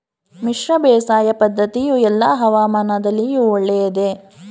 ಮಿಶ್ರ ಬೇಸಾಯ ಪದ್ದತಿಯು ಎಲ್ಲಾ ಹವಾಮಾನದಲ್ಲಿಯೂ ಒಳ್ಳೆಯದೇ?